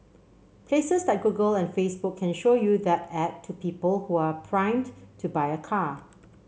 places like Google and Facebook can show you that ad to people who are primed to buy a car